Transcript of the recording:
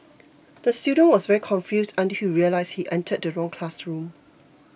the student was very confused until he realised he entered the wrong classroom